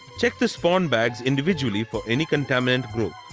check the spawn bags individually for any contaminant growth.